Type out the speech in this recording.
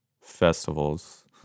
festivals